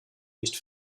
nicht